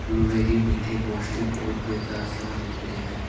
blueberry मीठे, पौष्टिक और बेतहाशा लोकप्रिय हैं